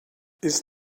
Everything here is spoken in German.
ist